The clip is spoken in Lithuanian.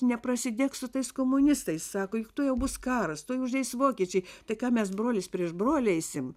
neprasidėk su tais komunistais sako tuojau bus karas tuoj užeis vokiečiai tai ką mes brolis prieš brolį eisim